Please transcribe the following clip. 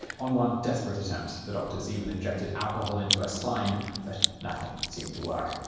on one desperate attempt, the doctors even injected alcohol into her spine but nothing seemed to work.